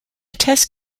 test